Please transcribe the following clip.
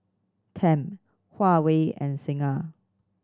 Tempt Huawei and Singha